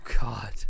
God